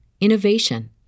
innovation